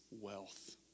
wealth